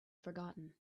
forgotten